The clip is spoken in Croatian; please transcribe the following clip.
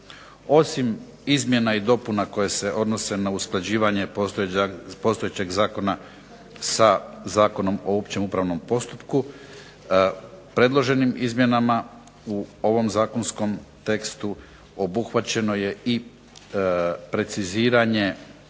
Osim izmjena i dopuna koje se odnose na usklađivanje postojećeg zakona sa Zakonom o općem upravnom postupku, predloženim izmjenama u ovom zakonskom tekstu obuhvaćeno je i preciziranje